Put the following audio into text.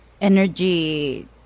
energy